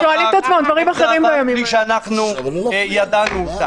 בלי שידענו את זה.